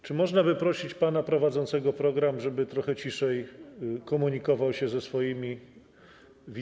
Czy można prosić pana prowadzącego program, żeby trochę ciszej komunikował się z widzami?